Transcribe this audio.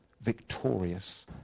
victorious